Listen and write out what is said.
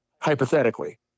hypothetically